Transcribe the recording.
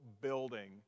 building